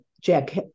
Jack